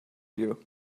you